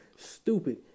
stupid